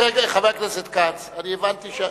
חבר הכנסת כץ, הבנתי.